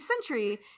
century